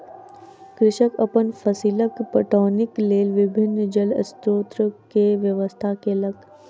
कृषक अपन फसीलक पटौनीक लेल विभिन्न जल स्रोत के व्यवस्था केलक